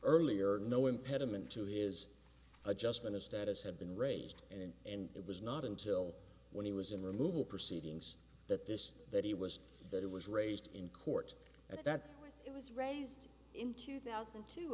earlier no impediment to his adjustment of status had been raised and and it was not until when he was in removal proceedings that this that he was that it was raised in court at that it was raised in two thousand and two